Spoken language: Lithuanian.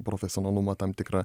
profesionalumą tam tikrą